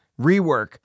rework